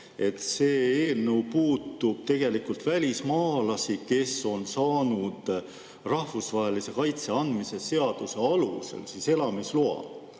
eelnõu puudutab tegelikult välismaalasi, kes on saanud rahvusvahelise kaitse andmise seaduse alusel elamisloa.